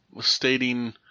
stating